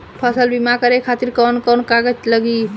फसल बीमा करे खातिर कवन कवन कागज लागी?